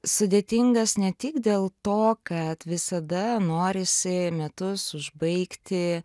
sudėtingas ne tik dėl to kad visada norisi metus užbaigti